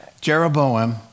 Jeroboam